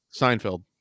Seinfeld